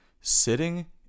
sitting